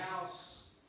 house